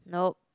nope